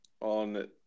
on